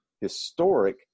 historic